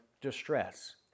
distress